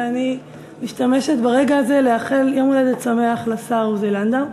ואני משתמשת ברגע הזה לאחל יום הולדת שמח לשר עוזי לנדאו,